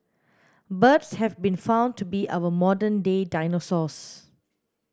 birds have been found to be our modern day dinosaurs